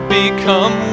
become